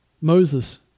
Moses